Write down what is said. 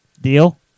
Deal